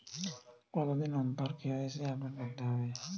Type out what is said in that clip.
কতদিন অন্তর KYC update করতে হবে?